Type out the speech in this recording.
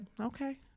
okay